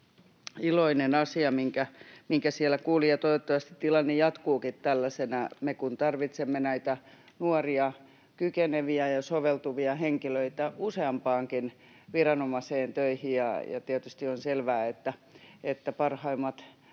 iloinen asia, minkä siellä kuulin. — Toivottavasti tilanne jatkuukin tällaisena, me kun tarvitsemme näitä nuoria, kykeneviä ja soveltuvia henkilöitä useampaankin viranomaiseen töihin. Tietysti on selvää, että parhaimmat